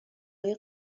های